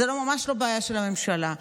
זו ממש לא בעיה של הממשלה.